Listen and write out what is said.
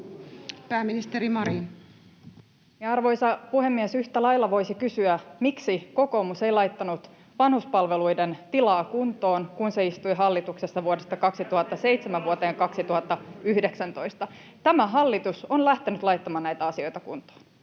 Content: Arvoisa puhemies! Yhtä lailla voisi kysyä, miksi kokoomus ei laittanut vanhuspalveluiden tilaa kuntoon, kun se istui hallituksessa vuodesta 2007 vuoteen 2019. [Välihuutoja kokoomuksen ryhmästä] Tämä hallitus on lähtenyt laittamaan näitä asioita kuntoon.